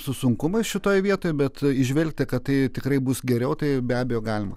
su sunkumais šitoj vietoj bet įžvelgti kad tai tikrai bus geriau tai be abejo galima